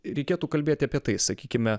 reikėtų kalbėti apie tai sakykime